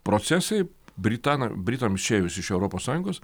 procesai britana britams išėjus iš europos sąjungos